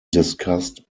discussed